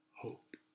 hope